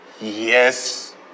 Yes